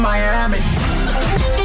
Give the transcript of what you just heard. Miami